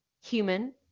human